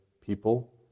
people